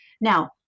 Now